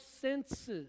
senses